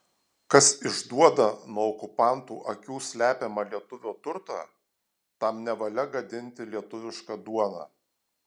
kas išduoda nuo okupantų akių slepiamą lietuvio turtą tam nevalia gadinti lietuvišką duoną